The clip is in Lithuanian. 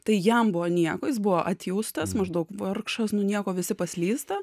tai jam buvo nieko jis buvo atjaustas maždaug vargšas nu nieko visi paslysta